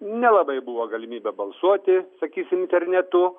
nelabai buvo galimybė balsuoti sakysim internetu